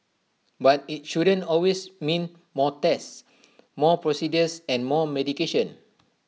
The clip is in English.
but IT shouldn't always mean more tests more procedures and more medication